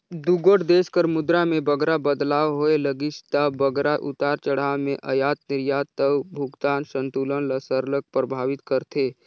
दुगोट देस कर मुद्रा में बगरा बदलाव होए लगिस ता बगरा उतार चढ़ाव में अयात निरयात अउ भुगतान संतुलन ल सरलग परभावित करथे